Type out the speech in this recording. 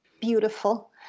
beautiful